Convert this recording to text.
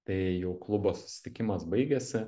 tai jau klubo susitikimas baigėsi